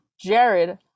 jared